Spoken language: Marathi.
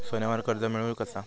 सोन्यावर कर्ज मिळवू कसा?